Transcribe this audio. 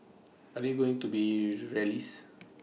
are there going to be rallies